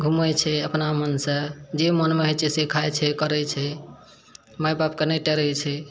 घुमै छै अपना मनसँ जे मनमे होइत छै से खाइत छै करैत छै माय बाप कऽ नहि टेरैत छै